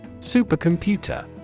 Supercomputer